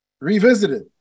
revisited